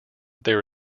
there